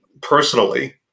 personally